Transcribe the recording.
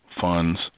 funds